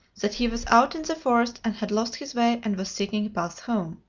that he was out in the forest and had lost his way, and was seeking a path home.